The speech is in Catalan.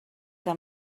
què